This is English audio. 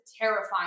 terrifying